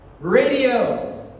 radio